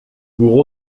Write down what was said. pour